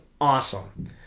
awesome